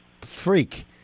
freak